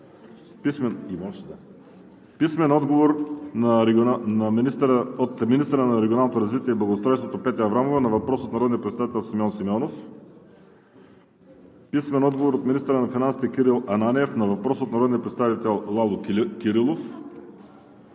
Жельо Бойчев; - от министъра на регионалното развитие и благоустройството Петя Аврамова на въпрос от народния представител Симеон Симеонов; - от министъра на финансите Кирил Ананиев на въпрос от народния представител Лало Кирилов;